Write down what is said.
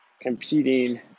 competing